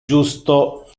justo